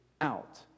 out